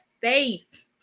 faith